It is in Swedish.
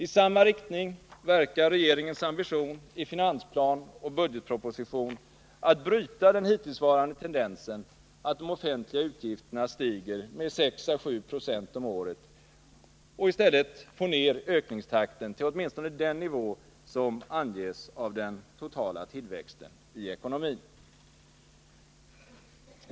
I samma riktning verkar regeringens ambition i finansplan och budgetproposition, nämligen att bryta den hittillsvarande tendensen att de offentliga utgifterna stiger med 6 å 7 6 om året och i stället få ned ökningstakten till åtminstone den nivå som anges av den totala tillväxten i ekonomin.